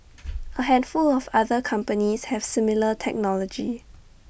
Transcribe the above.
A handful of other companies have similar technology